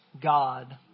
God